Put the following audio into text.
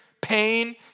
pain